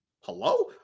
Hello